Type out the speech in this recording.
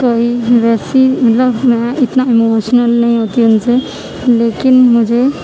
کوئی بھی ویسی مطلب میں اتنا اموشنل نہیں ہوتی ہوں ان سے لیکن مجھے